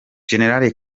gen